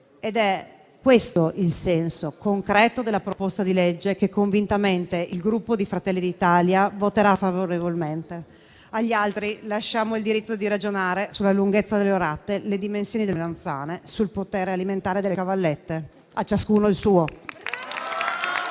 Ed è questo il senso concreto della proposta di legge su cui, convintamente, il Gruppo Fratelli d'Italia voterà a favore. Agli altri lasciamo il diritto di ragionare sulla lunghezza delle orate, sulle dimensioni delle melanzane, sul potere alimentare delle cavallette: a ciascuno il suo.